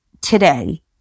today